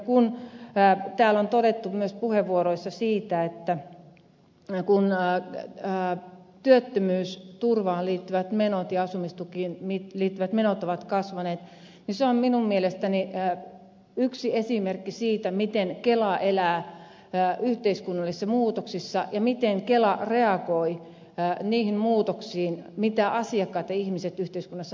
kun täällä on todettu myös puheenvuoroissa se että työttömyysturvaan ja asumistukiin liittyvät menot ovat kasvaneet niin se on minun mielestäni yksi esimerkki siitä miten kela elää yhteiskunnallisissa muutoksissa ja miten kela reagoi niihin muutoksiin mitä asiakkaat ja ihmiset yhteiskunnassa tarvitsevat